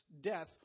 death